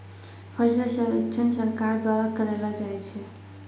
फसल सर्वेक्षण सरकार द्वारा करैलो जाय छै